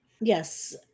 Yes